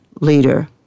leader